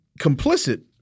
complicit